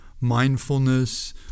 mindfulness